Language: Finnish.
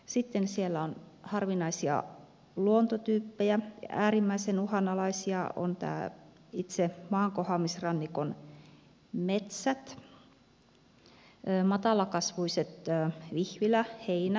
sitten siellä on harvinaisia luontotyyppejä ja äärimmäisen uhanalaisia ovat nämä itse maankohoamisrannikon metsät matalakasvuiset vihvilä heinä saramerenrantaniityt